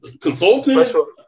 consultant